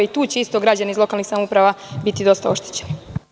I tu će građani iz lokalnih samouprava biti dosta oštećeni.